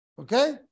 Okay